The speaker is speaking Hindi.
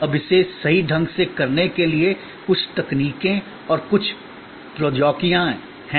अब इसे सही ढंग से करने के लिए कुछ तकनीकें और कुछ प्रौद्योगिकियां हैं